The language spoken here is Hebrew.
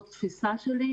זו התפיסה שלי,